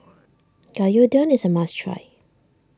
Gyudon is a must try